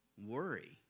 Worry